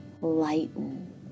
lighten